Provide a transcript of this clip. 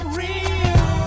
real